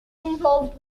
involved